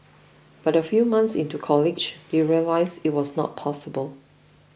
but a few months into college they realised it was not possible